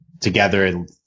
together